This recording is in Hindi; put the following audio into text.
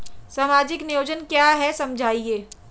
सामाजिक नियोजन क्या है समझाइए?